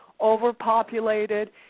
overpopulated